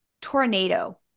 tornado